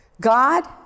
God